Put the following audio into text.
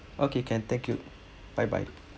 okay can thank you bye bye